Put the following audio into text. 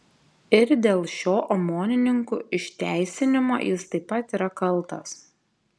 ir dėl šio omonininkų išteisinimo jis taip pat yra kaltas